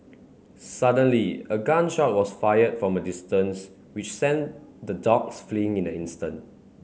suddenly a gun shot was fired from a distance which sent the dogs fleeing in an instant